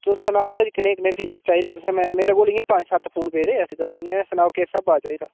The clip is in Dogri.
तुस सनाओ ओह्दे च कनेह् कनेह् फीचर चाहिदे तुसें मेरे कोल इ'यां पंज सत्त फोन पेदे ऐसी गल्ल निं ऐ सनाओ किस स्हाबा चाहिदा